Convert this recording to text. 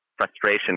frustration